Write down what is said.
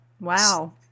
wow